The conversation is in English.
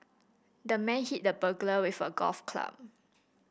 the man hit the burglar with a golf club